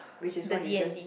which is what you just